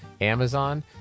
amazon